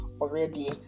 already